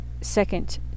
second